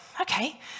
okay